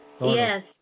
yes